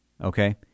Okay